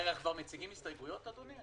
רגע, כבר מציגים הסתייגויות, אדוני?